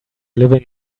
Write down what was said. living